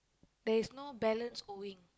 there is no balance owing